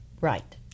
Right